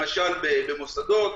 למשל במוסדות,